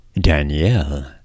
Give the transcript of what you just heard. Danielle